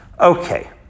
Okay